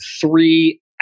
three